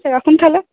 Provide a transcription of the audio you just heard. আচ্ছা রাখুন তাহলে